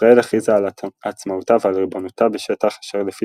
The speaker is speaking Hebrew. ישראל הכריזה על עצמאותה ועל ריבונותה בשטח אשר לפי